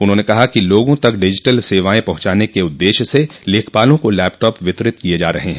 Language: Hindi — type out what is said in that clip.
उन्होंने कहा कि लोगों तक डिजिटल सेवायें पहुंचाने के उद्देश्य से लेखपालों को लैपटॉप वितरित किये जा रहे हैं